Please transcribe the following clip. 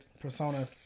persona